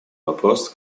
вопрос